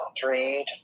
three